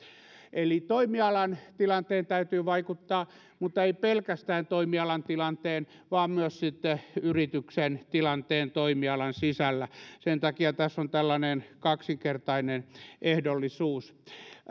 eli toimialan tilanteen täytyy vaikuttaa mutta ei pelkästään toimialan tilanteen vaan myös yrityksen tilanteen toimialan sisällä sen takia tässä on tällainen kaksinkertainen ehdollisuus